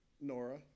Nora